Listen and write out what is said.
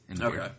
Okay